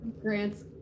Grants